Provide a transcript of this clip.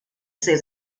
ser